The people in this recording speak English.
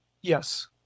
Yes